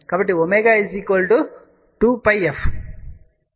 కాబట్టి ω 2 πf